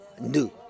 new